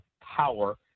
power